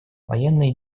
военные